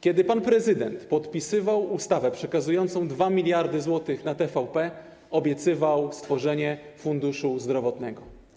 Kiedy pan prezydent podpisywał ustawę przekazującą 2 mld zł na TVP, obiecywał stworzenie funduszu zdrowotnego.